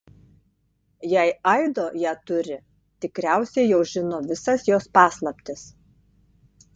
jei aido ją turi tikriausiai jau žino visas jos paslaptis